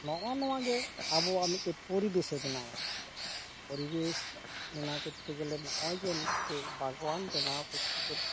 ᱱᱚᱜᱼᱚ ᱱᱚᱣᱟᱜᱮ ᱟᱵᱚᱣᱟᱜ ᱢᱤᱫᱴᱮᱱ ᱯᱚᱨᱤᱵᱮᱥᱮ ᱵᱮᱱᱟᱣᱟ ᱯᱚᱨᱤᱵᱮᱥ ᱵᱮᱱᱟᱣ ᱠᱚᱛᱛᱮᱜᱮᱞᱮ ᱱᱚᱜᱼᱚᱭ ᱡᱮ ᱢᱤᱫᱴᱮᱱ ᱵᱟᱜᱽᱣᱟᱱ ᱵᱮᱱᱟᱣ ᱠᱚᱛᱛᱮᱜᱮᱞᱮ